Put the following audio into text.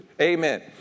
Amen